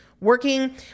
working